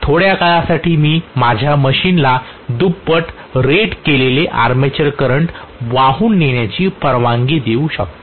थोड्या काळासाठी मी माझ्या मशीनला दुप्पट रेट केलेले आर्मेचर करंट वाहून नेण्याची परवानगी देऊ शकते